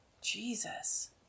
Jesus